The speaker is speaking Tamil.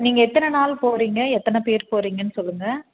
நீங்கள் எத்தனை நாள் போகறீங்க எத்தனை பேர் போகறீங்கன்னு சொல்லுங்கள்